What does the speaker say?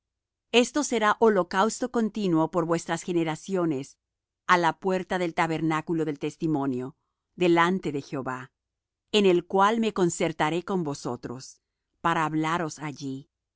esto será holocausto continuo por vuestras generaciones á la puerta del tabernáculo del testimonio delante de jehová en el cual me concertaré con vosotros para hablaros allí